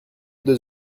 deux